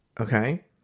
okay